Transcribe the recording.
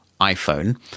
iPhone